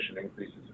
increases